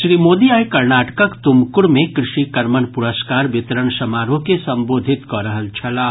श्री मोदी आइ कर्नाटकक तुमकुर मे कृषि कर्मण पुरस्कार वितरण समारोह के संबोधित कऽ रहल छलाह